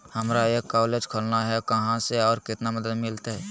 हमरा एक कॉलेज खोलना है, कहा से और कितना मदद मिलतैय?